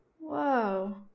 Whoa